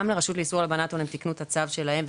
גם ברשות לאיסור הלבנת הון תיקנו את הצו שלהם,